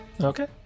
okay